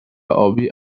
آبی